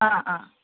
ആ ആ